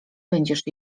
będziesz